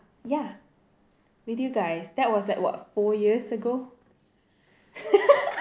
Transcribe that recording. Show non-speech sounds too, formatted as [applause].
ya with you guys that was like what four years ago [laughs]